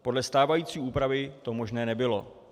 Podle stávající úpravy to možné nebylo.